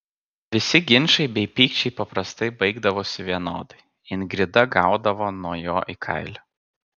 visi ginčai bei pykčiai paprastai baigdavosi vienodai ingrida gaudavo nuo jo į kailį